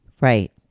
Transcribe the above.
Right